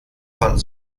von